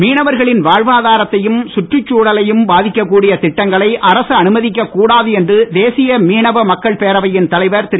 மீனவர் புதுவையில் மீனவர்களின் வாழ்வாதரத்தையும் சுற்றுச்சூழலையும் பாதிக்க கூடிய திட்டங்களையும் அரசு அனுமதிக்க கூடாது என்று தேசிய மீனவ மக்கள் பேரவையின் தலைவைர் திரு